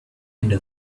into